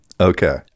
okay